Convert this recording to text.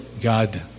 God